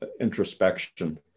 introspection